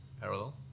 parallel